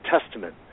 testament